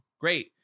Great